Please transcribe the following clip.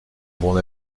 bon